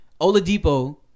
Oladipo